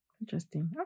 Interesting